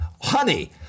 honey